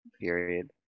period